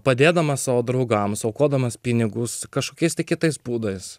padėdamas savo draugams aukodamas pinigus kažkokiais kitais būdais